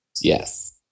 Yes